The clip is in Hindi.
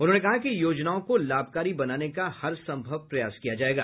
उन्होंने कहा कि योजनाओं को लाभकारी बनाने का हरसंभव प्रयास किया जायेगा